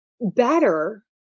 better